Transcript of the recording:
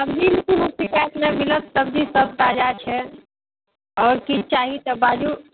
सबजीमे कोनो शिकाइत नहि मिलत सबजी सब ताजा छै आओर किछु चाही तऽ बाजू